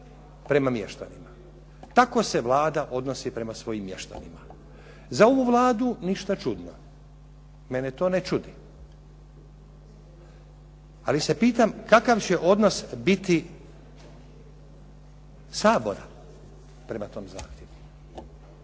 prema mještanima. Tako se Vlada odnosi prema svojim mještanima. Za ovu Vladu ništa čudno. Mene to ne čudi. Ali se pitam kakav će odnos biti Sabora prema tom zahtjevu.